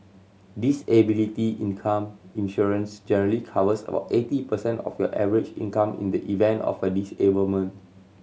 disability income insurance generally covers about eighty percent of your average income in the event of a disablement